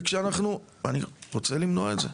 וכשאנחנו, אני רוצה למנוע את זה.